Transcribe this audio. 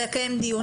לקיים דיון,